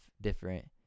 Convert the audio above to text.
different